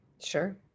Sure